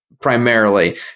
primarily